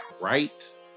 right